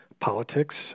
politics